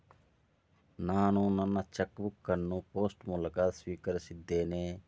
ನಾನು ನನ್ನ cheque book ಅನ್ನು ಪೋಸ್ಟ್ ಮೂಲಕ ಸ್ವೀಕರಿಸಿದ್ದೇನೆ